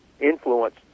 influence